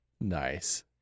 Nice